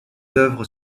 œuvres